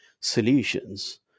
solutions